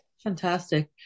fantastic